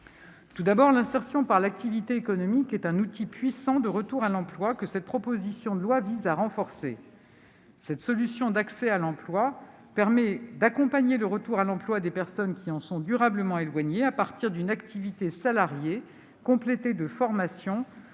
jour. L'insertion par l'activité économique est un outil puissant de retour à l'emploi, que cette proposition de loi vise à renforcer. Cette solution d'accès à l'emploi permet d'accompagner le retour à l'emploi de personnes qui en sont durablement éloignées, à partir d'une activité salariée, complétée de formations,